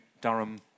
Durham